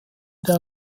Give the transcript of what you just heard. der